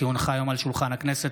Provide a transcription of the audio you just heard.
כי הונחו היום על שולחן הכנסת,